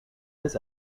this